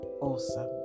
awesome